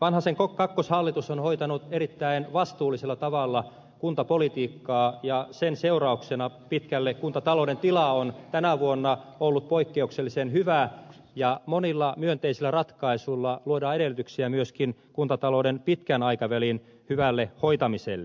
vanhasen kakkoshallitus on hoitanut erittäin vastuullisella tavalla kuntapolitiikkaa ja pitkälle sen seurauksena kuntatalouden tila on tänä vuonna ollut poikkeuksellisen hyvä ja monilla myönteisillä ratkaisuilla luodaan edellytyksiä myöskin kuntatalouden pitkän aikavälin hyvälle hoitamiselle